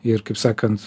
ir kaip sakant